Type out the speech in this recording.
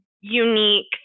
unique